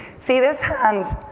see this hand?